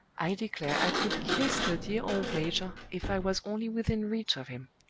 i declare i could kiss the dear old major, if i was only within reach of him!